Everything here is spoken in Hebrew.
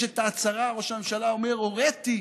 יש את ההצהרה, ראש הממשלה אומר: הוריתי,